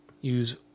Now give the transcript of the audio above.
use